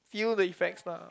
feel the effects lah